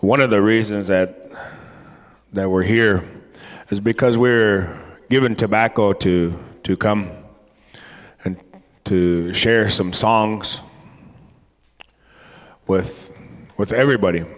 one of the reasons that they were here is because we're given tobacco to to come and to share some songs with with everybody